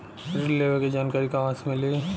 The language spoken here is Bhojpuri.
ऋण लेवे के जानकारी कहवा से मिली?